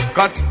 Cause